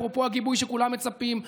אפרופו הגיבוי שכולם מצפים לו?